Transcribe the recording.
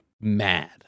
mad